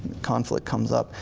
conflict comes up,